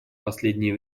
последнее